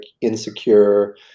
insecure